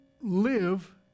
Live